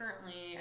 currently